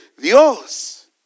Dios